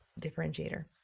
differentiator